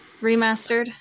remastered